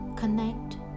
Connect